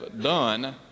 done